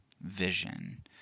vision